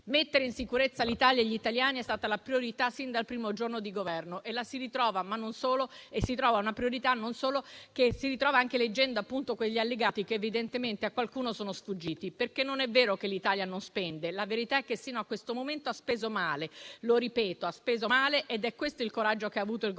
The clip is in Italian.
Mettere in sicurezza l'Italia e gli italiani è stata la priorità, sin dal primo giorno di Governo; una priorità che si ritrova anche leggendo quegli allegati che, evidentemente, a qualcuno sono sfuggiti. Non è vero, infatti, che l'Italia non spende. La verità è che, sino a questo momento, ha speso male. Lo ripeto: ha speso male. Questo è il coraggio che ha avuto il Governo